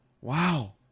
Wow